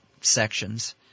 sections